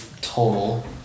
total